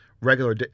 regular